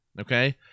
okay